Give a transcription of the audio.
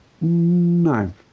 No